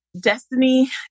Destiny